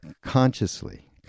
consciously